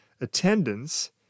attendance